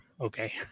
Okay